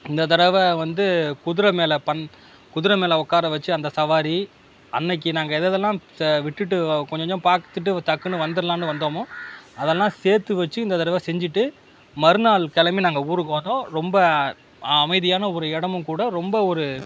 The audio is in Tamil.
இந்த தரவை வந்து குதிரை மேலே பந் குதிரை மேலே உட்கார வச்சு அந்த சவாரி அன்னைக்கி நாங்கள் இதெதலாம் ச விட்டுட்டு கொஞ்சம் கொஞ்சம் பாத்துட்டு டக்குனு வந்துர்லாம்னு வந்தோமோ அதெலாம் சேர்த்து வச்சு இந்த தடவை செஞ்சுட்டு மறுநாள் கிளம்பி நாங்கள் ஊருக்கு வந்தோம் ரொம்ப அமைதியான ஒரு இடமும் கூட ரொம்ப ஒரு